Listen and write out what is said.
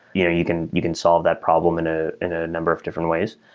you know you can you can solve that problem in ah in a number of different ways.